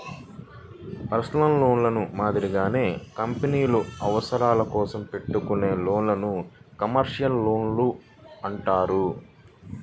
personal లోన్లు మాదిరిగానే కంపెనీల అవసరాల కోసం పెట్టుకునే లోన్లను కమర్షియల్ లోన్లు అంటారు